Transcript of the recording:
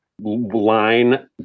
line